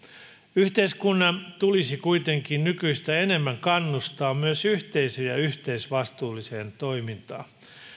yhteiskunnan tulisi kuitenkin nykyistä enemmän kannustaa myös yhteisöjä yhteisvastuulliseen toimintaan